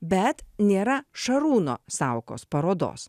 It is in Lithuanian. bet nėra šarūno saukos parodos